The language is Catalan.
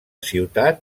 ciutat